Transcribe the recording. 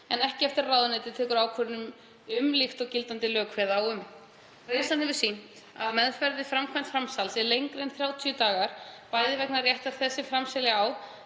en ekki eftir að ráðuneytið tekur ákvörðun líkt og gildandi lög kveða á um. Reynslan hefur sýnt að meðferð við framkvæmd framsals er lengri en 30 dagar bæði vegna réttar þess sem framselja á